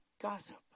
gossip